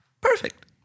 Perfect